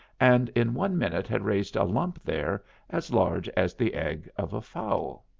and in one minute had raised a lump there as large as the egg of a fowl.